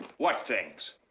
what things?